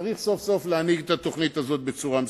שצריך סוף-סוף להנהיג את התוכנית הזאת בצורה מסודרת.